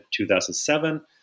2007